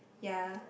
ya